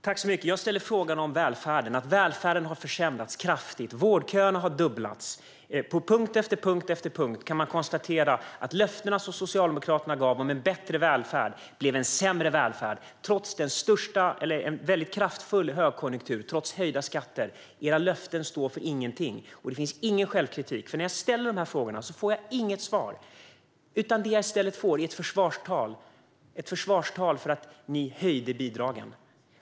Fru talman! Jag ställde frågan om välfärden. Välfärden har försämrats kraftigt. Vårdköerna har fördubblats. På punkt efter punkt kan man konstatera att löftena som Socialdemokraterna gav om en bättre välfärd blev en sämre välfärd trots en kraftfull högkonjunktur och höjda skatter. Era löften står för ingenting, och det finns ingen självkritik. När jag ställer de här frågorna får jag inget svar. Det jag i stället får är ett försvarstal - ett försvarstal för att ni höjde bidragen.